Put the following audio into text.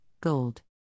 gold